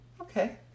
okay